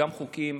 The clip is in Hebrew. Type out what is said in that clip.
גם חוקים,